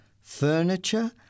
furniture